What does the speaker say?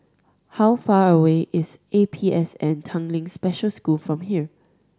how far away is A P S N Tanglin Special School from here